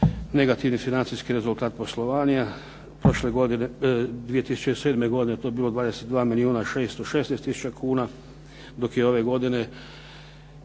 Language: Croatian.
negativni financijski rezultat poslovanja. 2007. godine je to bilo 22 milijuna 616 tisuća kuna, dok je prošle godine